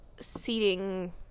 seating